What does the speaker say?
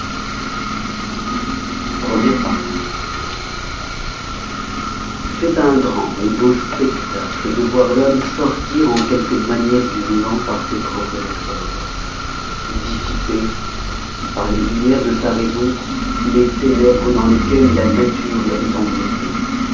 première partie c'est un grand beau spectacle de voir l'homme sortir en quelque manière du néant par ses propres efforts dissiper par les lumières de sa raison les ténèbres dans lesquelles la nature l'avoit enveloppé